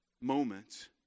moment